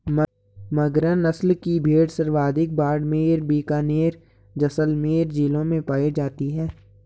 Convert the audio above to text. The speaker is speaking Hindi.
मगरा नस्ल की भेड़ सर्वाधिक बाड़मेर, बीकानेर, जैसलमेर जिलों में पाई जाती है